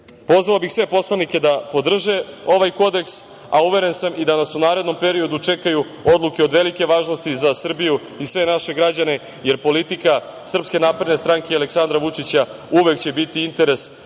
bih sve poslanike da podrže ovaj Kodeks, a uveren sam i da nas u narednom periodu čekaju odluke od velike važnosti za Srbiju i sve naše građane, jer politika SNS i Aleksandra Vučića uvek će biti interes